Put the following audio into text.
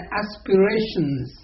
aspirations